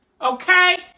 okay